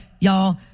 y'all